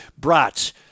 brats